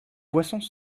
poissons